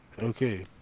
Okay